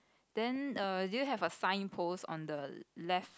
then err do you have a sign post on the left